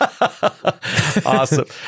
Awesome